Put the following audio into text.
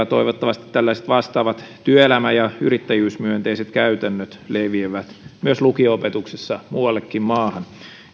toivottavasti tällaiset vastaavat työelämä ja yrittäjyysmyönteiset käytännöt leviävät myös lukio opetuksessa muuallekin maahan